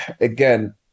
again